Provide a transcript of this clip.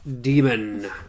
Demon